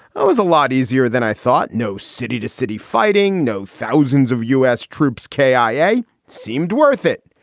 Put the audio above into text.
it was a lot easier than i thought. no city to city fighting, no thousands of u s. troops. khazaei seemed worth it.